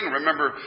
remember